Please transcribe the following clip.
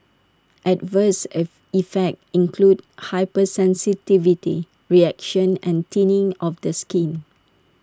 adverse if effects include hypersensitivity reactions and thinning of the skin